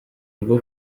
rwo